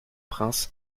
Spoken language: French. prince